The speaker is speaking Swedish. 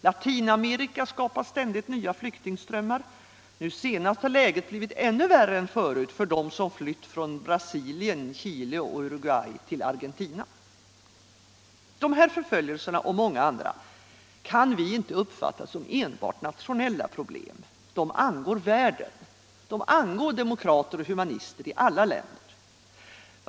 Latinamerika skapar ständigt nya flyktingströmmar; nu senast har läget blivit ännu värre än förut för dem som flytt från Brasilien, Chile och Uruguay till Argentina. Dessa förföljelser och många andra kan vi inte uppfatta som enbart nationella problem. De angår världen — de angår demokrater och humanister i alla länder.